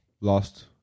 lost